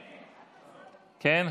כן.